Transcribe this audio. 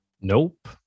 Nope